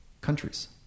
countries